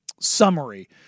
summary